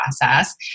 process